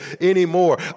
anymore